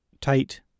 tight